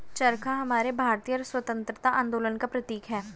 चरखा हमारे भारतीय स्वतंत्रता आंदोलन का प्रतीक है